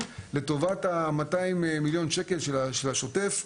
לטובת ה-200 מיליון ש"ח של השוטף,